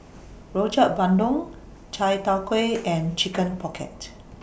Rojak Bandung Chai Tow Kuay and Chicken Pocket